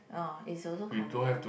orh is also convenient